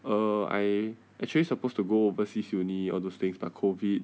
uh I actually supposed to go overseas uni all those things but COVID